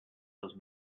those